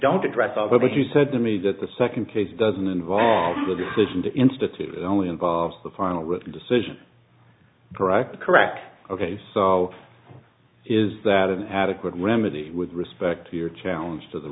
don't address all that you said to me that the second case doesn't involve the decision to institute only involves the final decision correct correct ok so is that an adequate remedy with respect to your challenge to the